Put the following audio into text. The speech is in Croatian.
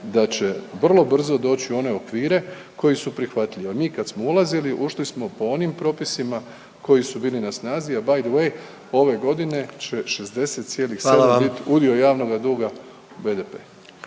da će vrlo brzo doći u one okvire koji su prihvatljivi, a mi kad smo ulazili ušli smo po onim propisima koji su bili na snazi, a btw. ove godine će 60,7 bit…/Upadica